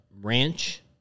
ranch